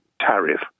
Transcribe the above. tariff